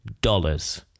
dollars